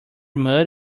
mud